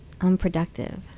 unproductive